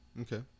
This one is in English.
Okay